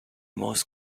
most